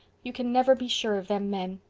you can never be sure of them men.